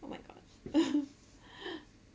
oh my gosh